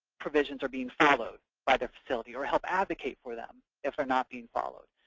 provisions are being followed by the facility, or help advocate for them if they're not being followed.